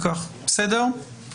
אני